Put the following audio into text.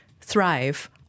thrive